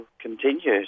continues